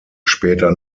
später